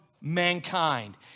mankind